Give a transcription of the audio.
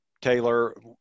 Taylor